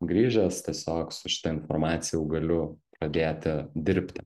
grįžęs tiesiog su šita informacija jau galiu pradėti dirbti